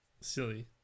Silly